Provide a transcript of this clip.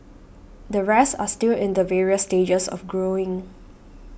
the rest are still in the various stages of growing